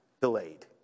delayed